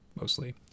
Mostly